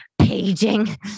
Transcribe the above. paging